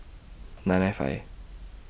nine nine five